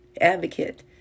advocate